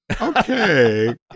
Okay